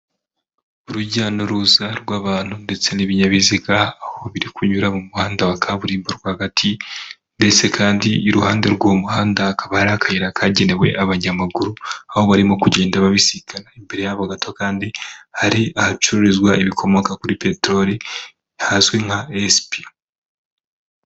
Urujya n'uruza rw'abantu ndetse n'ibinyabiziga, aho biri kunyura mu muhanda wa kaburimbo rwagati ndetse kandi iruhande rw'uwo muhanda hakaba hari akayira kagenewe abanyamaguru, aho barimo kugenda babisikana, imbere yabo gato kandi hari ahacururizwa ibikomoka kuri peteroli hazwi nka SP.